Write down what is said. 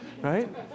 right